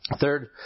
Third